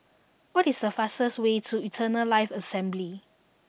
what is the fastest way to Eternal Life Assembly